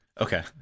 Okay